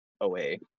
away